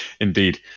Indeed